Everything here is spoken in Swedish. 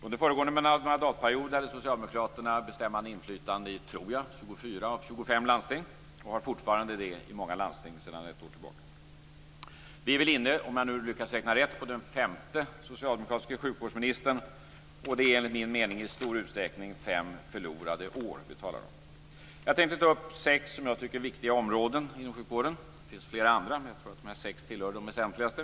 Under föregående mandatperiod hade Socialdemokraterna bestämmande inflytande i 24 av 25 landsting, tror jag. Det har de fortfarande i många landsting sedan ett år tillbaka. Vi är väl inne på den femte socialdemokratiska sjukvårdsministern, om jag nu lyckas räkna rätt. Det är enligt min mening i stor utsträckning fem förlorade år vi talar om. Jag tänkte ta upp sex områden som jag tycker är viktiga inom sjukvården. Det finns flera andra, men jag tror att de här sex tillhör de väsentligaste.